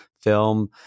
film